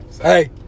Hey